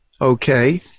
Okay